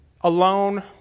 alone